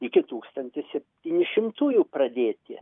iki tūkstantis septyni šimtųjų pradėti